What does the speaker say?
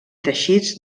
teixits